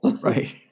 Right